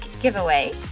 Giveaway